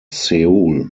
seoul